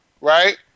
Right